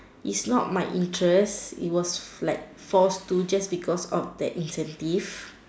is not my interest it was like forced to just because of that incentive